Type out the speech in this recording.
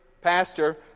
pastor